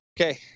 Okay